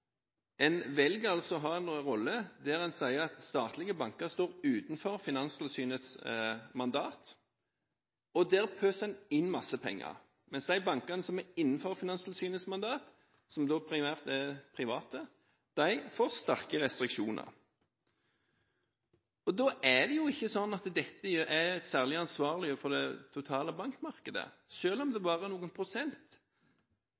En velger altså å ha en rolle der en sier at statlige banker står utenfor Finanstilsynets mandat. Der pøser en inn masse penger, mens de bankene som er innenfor Finanstilsynets mandat – som primært er private – får sterke restriksjoner. Da er jo ikke dette særlig ansvarlig overfor det totale bankmarkedet, selv om det